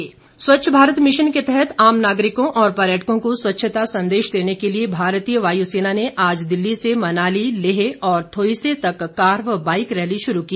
स्वच्छता संदेश स्वच्छ भारत मिशन के तहत आम नागरिकों और पर्यटकों को स्वच्छता संदेश देने के लिए भारतीय वायु सेना ने आज दिल्ली से मनाली लेह और थोईसे तक कार व बाईक रैली शुरू की